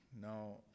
Now